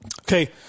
Okay